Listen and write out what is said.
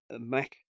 Mac